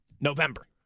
November